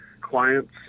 clients